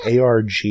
ARG